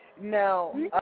Now